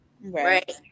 right